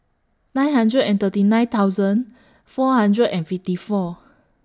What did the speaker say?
nine hundred and thirty nine thousand four hundred and fifty four